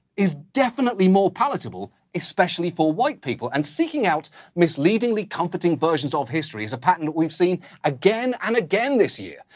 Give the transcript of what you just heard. is definitely more palatable especially for white people. and seeking out misleadingly comforting versions of history, is a pattern that we've seen again and again this year.